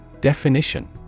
Definition